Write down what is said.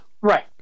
Right